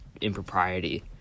impropriety